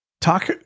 Talk